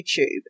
YouTube